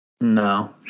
No